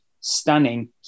stunning